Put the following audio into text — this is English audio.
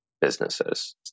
businesses